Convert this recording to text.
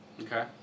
Okay